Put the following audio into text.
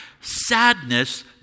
Sadness